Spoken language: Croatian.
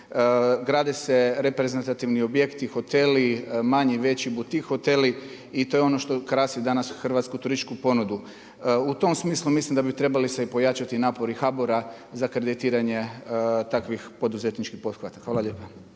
gradi se reprezentativni objekti, hoteli, manji, veći hoteli, i to je ono što krasi danas hrvatsku turističku ponudu. U tom smislu mislim da bi trebali se pojačati se napori HBOR-a za kreditiranje takvih poduzetničkih pothvata. Hvala lijepa.